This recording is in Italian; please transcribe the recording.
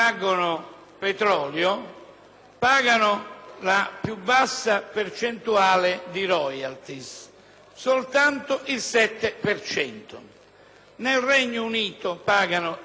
pagano la più bassa percentuale di *royalties*: soltanto il 7 per cento. Nel Regno Unito pagano il 50